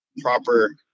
proper